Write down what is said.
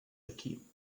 aquí